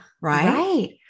Right